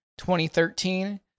2013